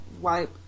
wipe